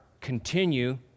continue